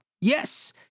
Yes